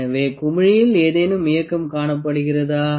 எனவே குமிழியில் ஏதேனும் இயக்கம் காணப்படுகிறதா